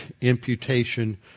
imputation